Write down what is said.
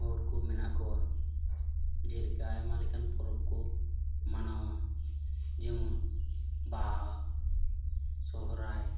ᱦᱚᱲᱠᱚ ᱢᱮᱱᱟᱜ ᱠᱚᱣᱟ ᱡᱮᱞᱮᱠᱟ ᱟᱭᱢᱟ ᱞᱮᱠᱟᱱ ᱯᱚᱨᱚᱵ ᱠᱚ ᱢᱟᱱᱟᱣᱟ ᱡᱮᱢᱚᱱ ᱵᱟᱦᱟ ᱥᱚᱦᱨᱟᱭ